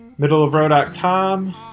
middleofrow.com